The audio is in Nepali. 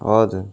हजुर